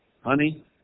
honey